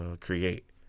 create